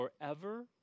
forever